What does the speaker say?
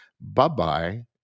Bye-bye